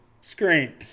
Screen